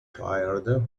tired